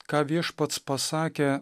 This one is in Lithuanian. ką viešpats pasakė